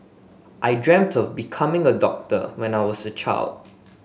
I dreamt of becoming a doctor when I was a child